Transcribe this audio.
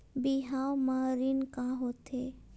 बिहाव म ऋण का होथे?